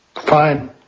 Fine